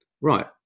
right